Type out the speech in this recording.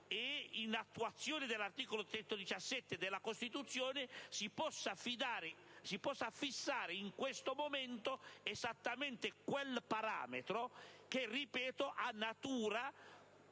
e in attuazione dell'articolo 117 della Costituzione, si possa fissare in questo momento esattamente quel parametro, che - lo ripeto - ha natura